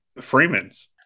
Freeman's